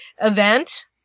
event